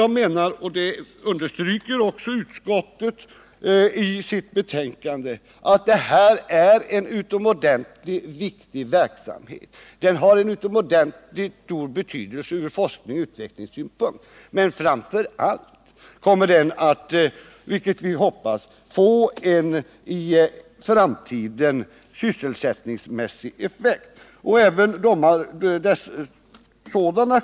Jag menar — och det understryker också utskottet i sitt betänkande — att det här är en utomordentligt viktig verksamhet, som har mycket stor betydelse ur forskningsoch utvecklingssynpunkt. Framför allt kommer den, vilket vi hoppas, att få en sysselsättningsmässig effekt för framtiden.